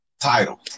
title